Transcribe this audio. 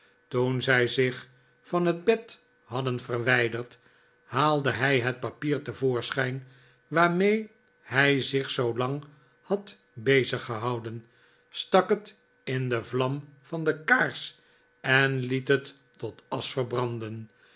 toen zij zich van het bed hadden verwijderd haalde hij het papier te voorschijn waarmee hij zich zoolang had beziggehouden stak het in de vlam van de kaars en liet het tot asch verbranden